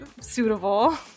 suitable